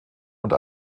und